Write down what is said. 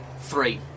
three